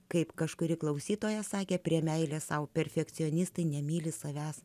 kaip kažkuri klausytoja sakė prie meilės sau perfekcionistai nemyli savęs